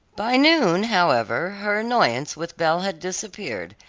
by noon, however, her annoyance with belle had disappeared,